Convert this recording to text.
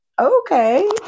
Okay